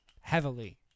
heavily